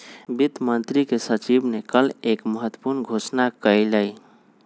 वित्त मंत्री के सचिव ने कल एक महत्वपूर्ण घोषणा कइलय